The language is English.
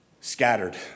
Scattered